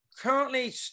currently –